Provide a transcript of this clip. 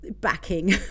backing